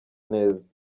neza